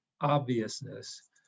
obviousness